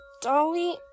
Dolly